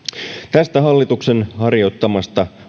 tästä hallituksen harjoittamasta